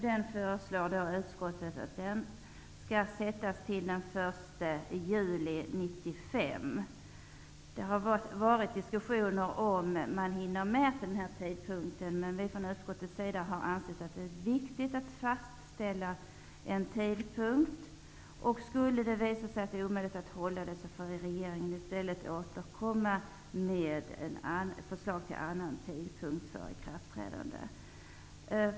Den har utskottet föreslagit skall bestämmas till den 1 juli 1995. Det har varit diskussioner om huruvida man hinner med det. Vi från utskottets sida har ansett att det är viktigt att fastställa en tidpunkt. Skulle det visa sig att det är omöjligt att hålla tiden, får regeringen i stället återkomma med ett förslag till annan tidpunkt för ikraftträdandet.